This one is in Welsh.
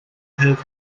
hedd